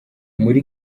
muri